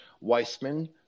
Weissman